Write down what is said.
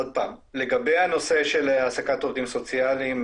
לגבי הנושא של העסקת עובדים סוציאליים,